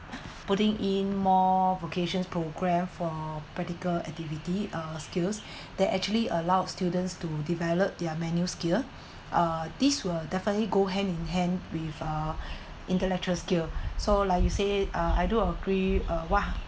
putting in more vocations programme for practical activity uh skills that actually allowed students to develop their many skill uh this will definitely go hand in hand with uh intellectual skill so like you say I do agree uh !wah!